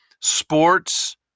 Sports